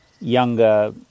younger